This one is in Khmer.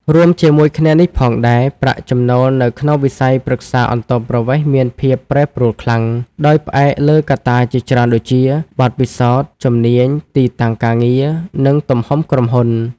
រួមជាមួយគ្នានេះផងដែរ ប្រាក់ចំណូលនៅក្នុងវិស័យប្រឹក្សាអន្តោប្រវេសន៍មានភាពប្រែប្រួលខ្លាំង ដោយផ្អែកលើកត្តាជាច្រើនដូចជា បទពិសោធន៍ ជំនាញ ទីតាំងការងារ និងទំហំក្រុមហ៊ុន។